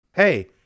Hey